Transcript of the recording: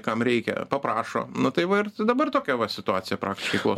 kam reikia paprašo nu tai va ir dabar tokia va situacija praktiškai